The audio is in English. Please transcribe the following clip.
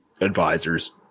advisors